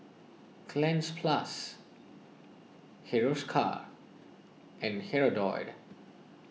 Cleanz Plus Hiruscar and Hirudoid